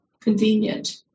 convenient